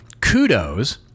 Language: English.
kudos